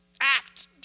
act